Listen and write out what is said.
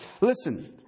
Listen